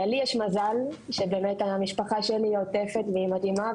לי יש מזל שבאמת המשפחה שלי עוטפת ומדהימה,